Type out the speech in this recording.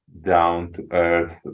down-to-earth